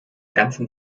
ganzen